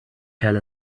tell